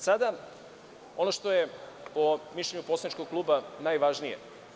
Sada ono što je po mišljenju poslaničkog kluba najvažnije.